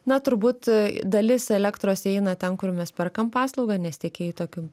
na turbūt dalis elektros eina ten kur mes perkam paslaugą nes tiekėjai tokiu